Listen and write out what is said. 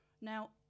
now